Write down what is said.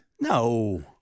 No